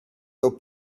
your